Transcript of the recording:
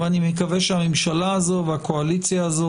ואני מקווה שהממשלה הזו והקואליציה הזו